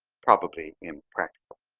probably impractical.